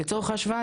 לצורך ההשוואה,